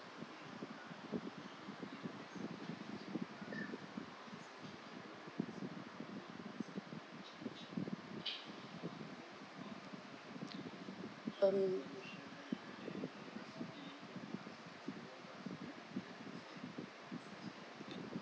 um